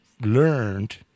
learned